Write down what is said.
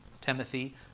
Timothy